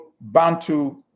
Bantu